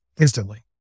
instantly